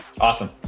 Awesome